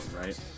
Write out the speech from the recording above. right